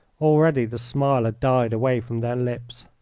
already the smile had died away from their lips.